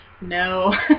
No